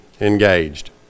engaged